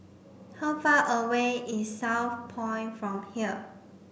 how far away is Southpoint from here